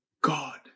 God